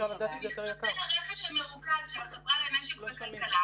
במכרזי הרכש המרוכז של החברה למשק וכלכלה